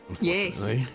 Yes